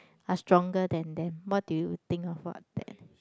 are stronger than them what do you think about that